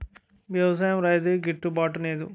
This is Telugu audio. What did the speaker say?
వ్యవసాయం రైతుకి గిట్టు బాటునేదు